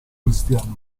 cristiano